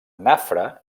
nafra